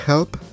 help